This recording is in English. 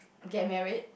get married